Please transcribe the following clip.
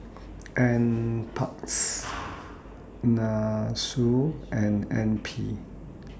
N Parks Nussu and N P